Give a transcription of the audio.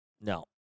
No